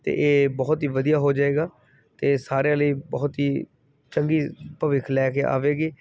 ਅਤੇ ਇਹ ਬਹੁਤ ਹੀ ਵਧੀਆ ਹੋ ਜਾਵੇਗਾ ਅਤੇ ਸਾਰਿਆਂ ਲਈ ਬਹੁਤ ਹੀ ਚੰਗੀ ਭਵਿੱਖ ਲੈ ਕੇ ਆਵੇਗੀ